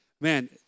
Man